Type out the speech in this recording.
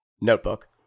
Notebook